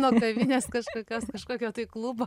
nuo kavinės kažkokios kažkokio tai klubo